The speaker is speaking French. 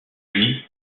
lui